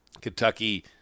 Kentucky